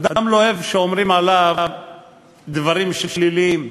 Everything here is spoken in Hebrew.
אדם לא אוהב שאומרים עליו דברים שליליים.